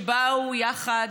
שבאו יחד,